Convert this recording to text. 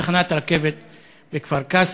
בתחנת הרכבת בפתח-תקווה,